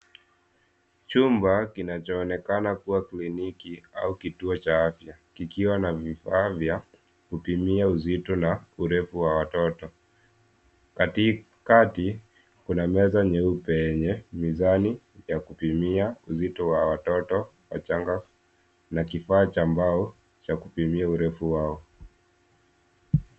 Chumba kinachoonekanakuwa kliniki au kituo cha afya kikiwa na vifaa vya kupimia uzito na urefu wa watoto. Katikati kuna meza nyeupe enye mizani ya kupimia uzito wa watoto wachanga na kifaa cha mbao cha kupimia urefu wao.